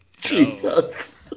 Jesus